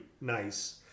nice